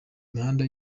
imihanda